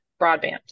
broadband